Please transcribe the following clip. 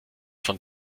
von